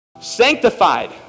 Sanctified